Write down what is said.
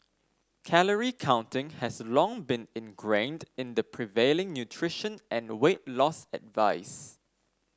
calorie counting has long been ingrained in the prevailing nutrition and weight loss advice